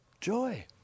joy